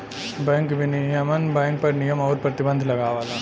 bank विनियमन bank पर नियम आउर प्रतिबंध लगावला